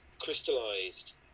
crystallized